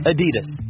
Adidas